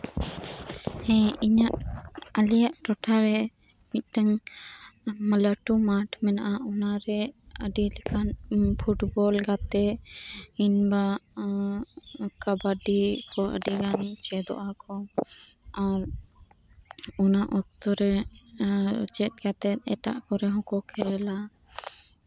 ᱦᱮᱸ ᱟᱞᱮᱭᱟᱜ ᱴᱚᱴᱷᱟ ᱨᱮ ᱢᱤᱫᱴᱟᱝ ᱞᱟᱹᱴᱩ ᱢᱟᱴᱷ ᱢᱮᱱᱟᱜᱼᱟ ᱚᱱᱟ ᱨᱮ ᱟᱹᱰᱤ ᱞᱮᱠᱟᱱ ᱯᱷᱩᱴᱵᱚᱞ ᱜᱟᱛᱮᱜ ᱠᱤᱝᱵᱟ ᱠᱟᱵᱟᱰᱤ ᱠᱚ ᱟᱹᱰᱤᱜᱟᱱ ᱪᱮᱫᱚᱜᱼᱟᱠᱚ ᱟᱨ ᱚᱱᱟ ᱚᱠᱛᱚ ᱨᱮ ᱪᱮᱫ ᱠᱟᱛᱮᱫ ᱮᱴᱟᱜ ᱠᱚᱨᱮ ᱦᱚᱸᱠᱚ ᱠᱷᱮᱞᱟ